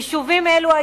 היום, ביישובים האלו,